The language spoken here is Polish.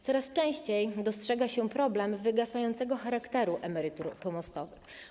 Coraz częściej dostrzega się problem wygasającego charakteru emerytur pomostowych.